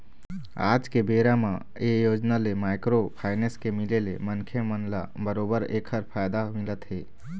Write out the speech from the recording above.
आज के बेरा म ये योजना ले माइक्रो फाइनेंस के मिले ले मनखे मन ल बरोबर ऐखर फायदा मिलत हे